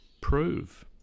prove